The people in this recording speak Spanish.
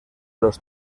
los